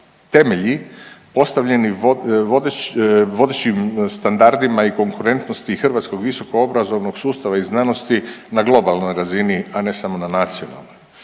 temelji postavljeni vodećim standardima i konkurentnosti hrvatskog visoko obrazovnog sustava i znanosti na globalnoj razini, a ne samo na nacionalnoj.